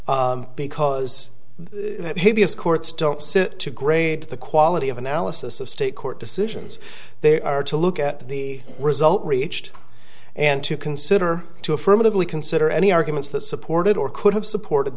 sit to grade the quality of analysis of state court decisions they are to look at the result reached and to consider to affirmatively consider any arguments that supported or could have supported